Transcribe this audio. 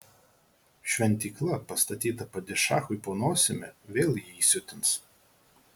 šventykla pastatyta padišachui po nosimi vėl jį įsiutins